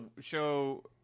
show